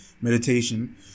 meditation